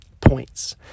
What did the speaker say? points